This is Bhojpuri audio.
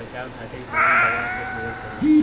बचाव खातिर कोवन दावा के प्रयोग करी?